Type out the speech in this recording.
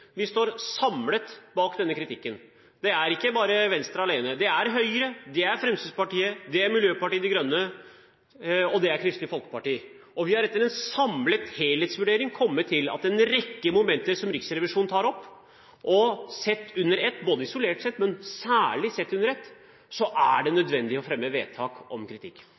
Vi står samlet bak denne kritikken. Det er ikke bare Venstre alene – det er Høyre, det er Fremskrittspartiet, det er Miljøpartiet De Grønne, og det er Kristelig Folkeparti. Vi har etter en samlet helhetsvurdering kommet til at en rekke momenter som Riksrevisjonen tar opp – både isolert sett, men særlig sett under ett – gjør det nødvendig å fremme forslag til kritikk